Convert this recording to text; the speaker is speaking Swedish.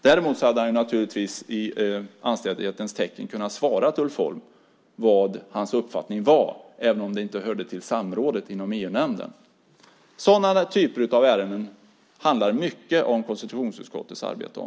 Däremot hade han naturligtvis i anständighetens tecken kunnat svara Ulf Holm vad hans uppfattning var även om det inte hörde till samrådet inom EU-nämnden. Sådana typer av ärenden handlar mycket av konstitutionsutskottets arbete om.